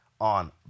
on